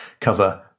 cover